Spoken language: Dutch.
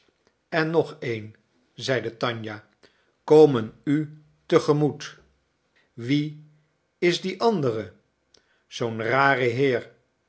en nog een zeide tanja komen u te gemoet wie is die andere zoo'n rare heer